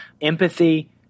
Empathy